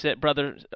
brother